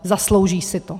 Zaslouží si to.